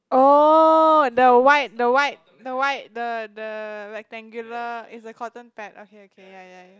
oh the white the white the white the the rectangular it's a cotton pad okay okay ya ya ya